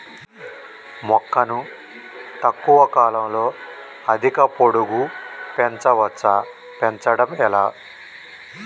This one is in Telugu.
మొక్కను తక్కువ కాలంలో అధిక పొడుగు పెంచవచ్చా పెంచడం ఎలా?